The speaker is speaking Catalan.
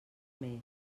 mes